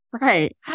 Right